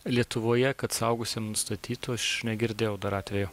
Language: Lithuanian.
lietuvoje kad suaugusiam nustatytų aš negirdėjau dar atvejų